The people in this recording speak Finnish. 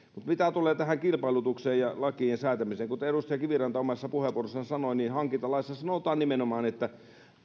mitä tulee tähän kilpailutukseen ja lakien säätämiseen niin kuten edustaja kiviranta omassa puheenvuorossaan sanoi hankintalaissa sanotaan nimenomaan että